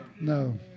No